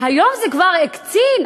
היום זה כבר הקצין.